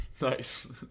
Nice